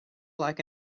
like